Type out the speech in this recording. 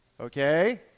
okay